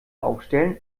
aufstellen